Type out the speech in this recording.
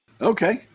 Okay